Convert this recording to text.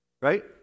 Right